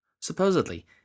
Supposedly